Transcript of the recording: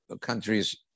countries